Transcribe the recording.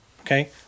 okay